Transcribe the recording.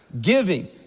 giving